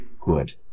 good